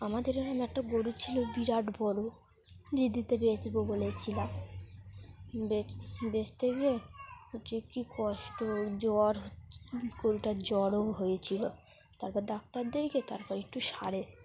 আমাদের এরকম একটা গরু ছিল বিরাট বড় ঈদেতে বেচব বলেছিলাম বেচ বেচতে গিয়ে হচ্ছে কী কষ্ট জ্বর গরুটার জ্বরও হয়েছিল তারপর ডাক্তার দেখিয়ে তারপর একটু সারে